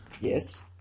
Yes